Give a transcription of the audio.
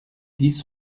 dix